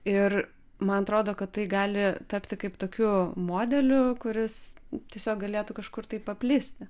ir man atrodo kad tai gali tapti kaip tokiu modeliu kuris tiesiog galėtų kažkur tai paplisti